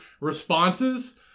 responses